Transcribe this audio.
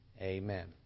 amen